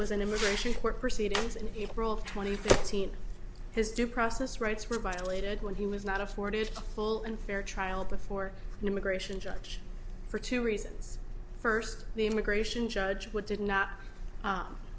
was in immigration court proceedings in april twenty eighth his due process rights were violated when he was not afforded full and fair trial before an immigration judge for two reasons first the immigration judge would did not